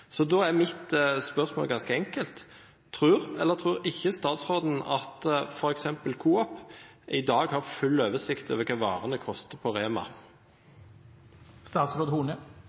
er mitt spørsmål ganske enkelt: Tror eller tror ikke statsråden at f.eks. Coop i dag har full oversikt over hva varene koster på